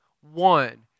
one